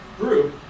group